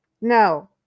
no